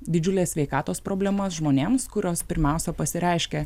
didžiules sveikatos problemas žmonėms kurios pirmiausia pasireiškia